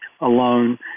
alone